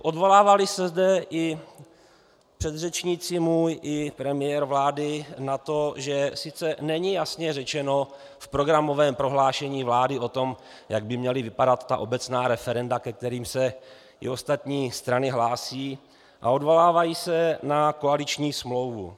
Odvolávali se zde i předřečníci i premiér vlády na to, že sice není jasně řečeno v programovém prohlášení vlády o tom, jak by měla vypadat obecná referenda, ke kterým se i ostatní strany hlásí, a odvolávají se na koaliční smlouvu.